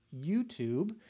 YouTube